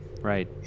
Right